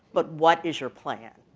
but what is your plan?